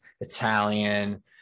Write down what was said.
Italian